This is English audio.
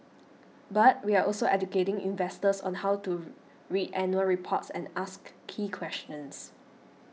but we're also educating investors on how to read annual reports and ask key questions